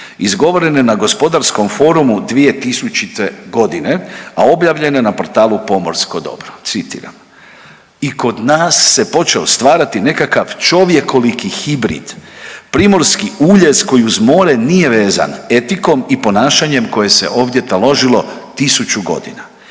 izgovorene na Gospodarskom forumu 2000. godine, a objavljene na portalu Pomorsko dobro. Citiram: „I kod nas se počeo stvarati nekakav čovjekoliki hibrid, primorski uljez koji uz more nije vezan etikom i ponašanjem koje se ovdje taložilo 1000 godina.